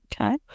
Okay